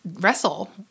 wrestle